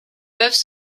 peuvent